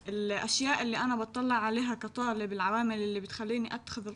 בדרך כלל כל הנושא הפוליטי לא מתחשב בהחלטות התלמידים ולי חשוב כתלמידה